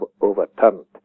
overturned